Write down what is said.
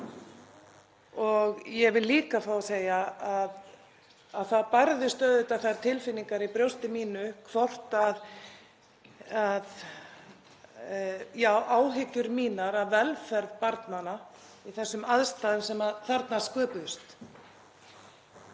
Ég vil líka fá að segja að það bærðust auðvitað þær tilfinningar í brjósti mínu hvort — já, áhyggjur mínar af velferð barnanna í þessum aðstæðum sem þarna sköpuðust.